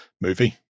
movie